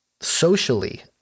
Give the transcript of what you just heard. socially